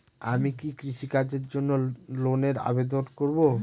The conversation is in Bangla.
আমি কি কৃষিকাজের জন্য লোনের আবেদন করব?